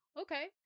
Okay